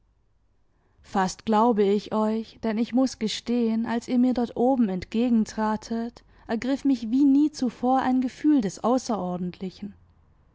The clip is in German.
fast glaube ich euch denn ich muß gestehen als ihr mir dort oben entgegentratet ergriff mich wie nie zuvor ein gefühl des außerordentlichen